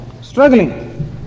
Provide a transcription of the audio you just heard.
struggling